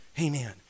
amen